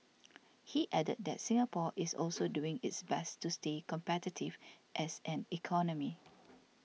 he added that Singapore is also doing its best to stay competitive as an economy